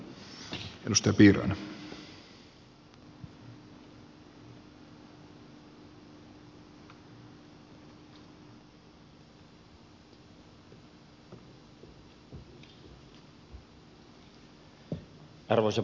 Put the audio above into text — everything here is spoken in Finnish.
arvoisa puhemies